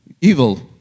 evil